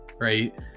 right